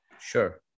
Sure